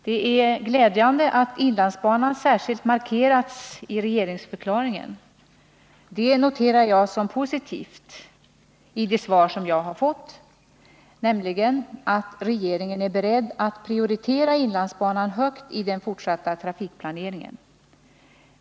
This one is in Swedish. Det är glädjande att inlandsbanan särskilt markeras i regeringsförklaringen, och jag noterar som positivt i det svar som jag har fått att regeringen är beredd att prioritera inlandsbanan högt i den fortsatta trafikplaneringen.